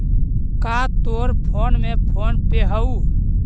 का तोर फोन में फोन पे हउ?